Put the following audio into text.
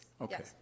Okay